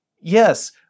Yes